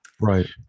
Right